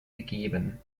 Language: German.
gegeben